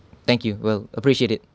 thank you well appreciate it